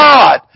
God